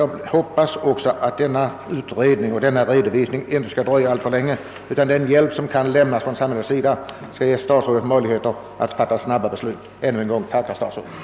Jag hoppas också att utredningens resultat inte skall låta vänta på sig alltför länge, utan att statsrådet snart kan fatta beslut om hjälpåtgärder från samhällets sida. Ännu en gång: Tack, herr statsråd!